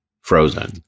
frozen